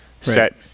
Set